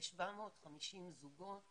ו-750 זוגות